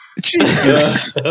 Jesus